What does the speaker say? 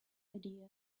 idea